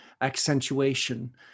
accentuation